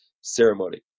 ceremony